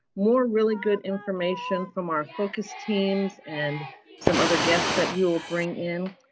more really good information from our focus teams and some other guests that we will bring in.